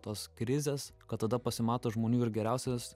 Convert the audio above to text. tos krizės kad tada pasimato žmonių ir geriausios